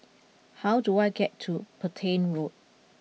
how do I get to Petain Road